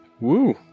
Woo